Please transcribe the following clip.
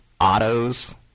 autos